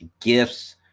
gifts